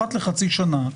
אחת לחצי שנה,